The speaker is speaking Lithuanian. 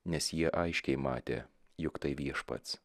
nes jie aiškiai matė jog tai viešpats